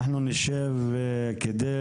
אנחנו נשב כדי